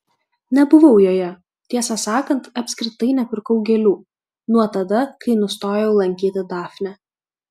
nebuvau joje tiesą sakant apskritai nepirkau gėlių nuo tada kai nustojau lankyti dafnę